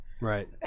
Right